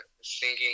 singing